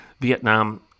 Vietnam